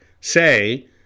say